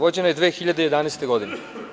Vođena je 2011. godine.